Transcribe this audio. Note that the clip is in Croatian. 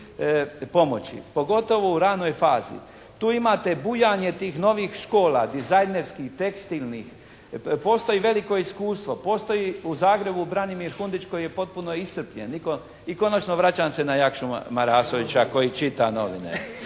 pomoći pogotovo u ranoj fazi. Tu imate bujanje tih novih škola. Dizajnerskih, tekstilnih. Postoji veliko iskustvo. Postoji u Zagrebu Branimir Hundić koji je potpuno iscrpljen, nitko, i konačno vraćam se na Jakšu Marasovića koji čita novine.